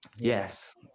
yes